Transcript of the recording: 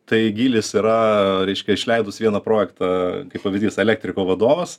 tai gylis yra reiškia išleidus vieną projektą kaip pavyzdys elektriko vadovas